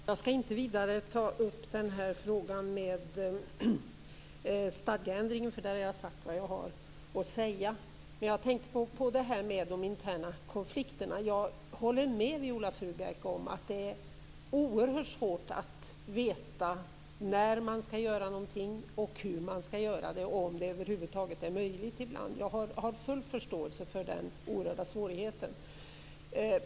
Fru talman! Jag skall inte vidare ta upp frågan om stadgeändring. Där har jag sagt vad jag har att säga. Jag skall i stället nämna något om de interna konflikterna. Jag håller med Viola Furubjelke om att det är oerhört svårt att veta när man skall göra någonting, hur man skall göra det och om det över huvud taget är möjligt ibland. Jag har full förståelse för den svårigheten.